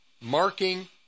marking